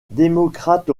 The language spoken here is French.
démocrate